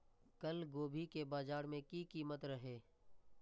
कल गोभी के बाजार में की कीमत रहे?